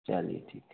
चलिए ठीक है